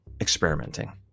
experimenting